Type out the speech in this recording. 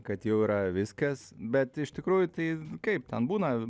kad jau yra viskas bet iš tikrųjų tai kaip ten būna